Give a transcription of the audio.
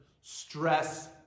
stress